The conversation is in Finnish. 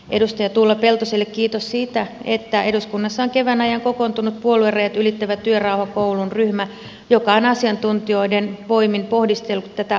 edustaja tuula peltoselle kiitos siitä että eduskunnassa on kevään ajan kokoontunut puoluerajat ylittävä työrauha kouluun ryhmä joka on asiantuntijoiden voimin pohdiskellut tätä tulevaa lakiesitystä